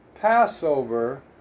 Passover